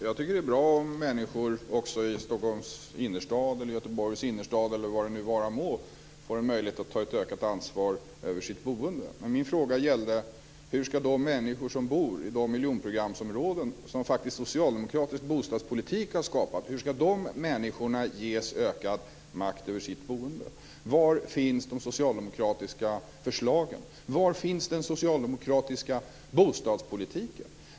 Fru talman! Jag tycker att det är bra om människor också i Stockholms innerstad, i Göteborgs innerstad, osv. får en möjlighet att ta ett ökat ansvar för sitt boende. Men min fråga gällde: Hur ska de människor som bor i de miljonprogramsområden som faktiskt socialdemokratisk bostadspolitik har skapat ges ökad makt över sitt boende? Var finns de socialdemokratiska förslagen? Var finns den socialdemokratiska bostadspolitiken?